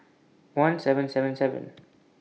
one seven seven seven